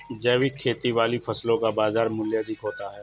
जैविक खेती वाली फसलों का बाजार मूल्य अधिक होता है